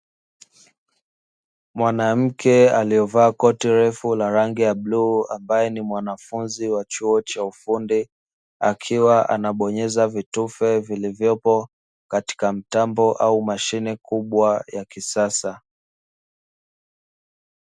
Mwanamke aliovaa koti refu la rangi ya bluu, ambaye ni mwanafunzi wa chuo cha ufundi akiwa anabonyeza vitufe vilivyopo katika mtambo au mashine kubwa ya kisasa.